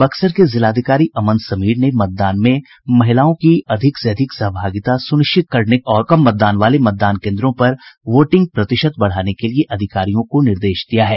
बक्सर के जिलाधिकारी अमन समीर ने मतदान में महिलाओं की अधिक से अधिक सहभागिता सुनिश्चित करने और कम मतदान वाले मतदान केन्द्रों पर वोटिंग प्रतिशत बढ़ाने के लिये अधिकरियों को निर्देश दिया है